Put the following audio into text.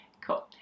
Cool